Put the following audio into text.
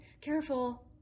careful